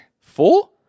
Four